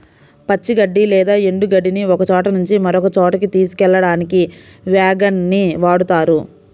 పచ్చి గడ్డి లేదా ఎండు గడ్డిని ఒకచోట నుంచి మరొక చోటుకి తీసుకెళ్ళడానికి వ్యాగన్ ని వాడుతారు